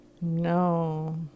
No